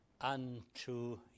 Unto